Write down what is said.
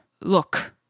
Look